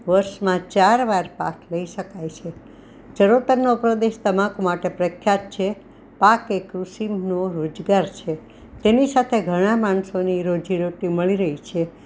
વર્ષમાં ચાર વાર પાક લઈ શકાય છે ચરોતરનો પ્રદેશ તમાકુ માટે પ્રખ્યાત છે પાક એ કૃષિનો રોજગાર છે તેની સાથે ઘણા માણસોને રોજીરોટી મળી રહે છે